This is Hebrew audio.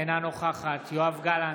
אינה נוכחת יואב גלנט,